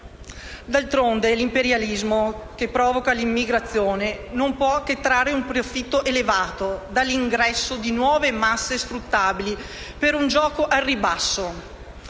D'altronde l'imperialismo che provoca l'immigrazione non può che trarre un profitto elevato dall'ingresso di nuove masse sfruttabili, per un gioco al ribasso